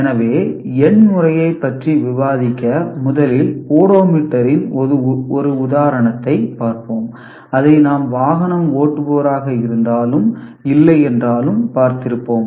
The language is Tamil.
எனவே எண் முறையைப் பற்றி விவாதிக்க முதலில் ஓடோமீட்டரின் ஒரு உதாரணத்தைப் பார்ப்போம் அதை நாம் வாகனம் ஓட்டுபவராக இருந்தாலும் இல்லை என்றாலும் பார்த்திருப்போம்